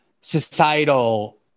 societal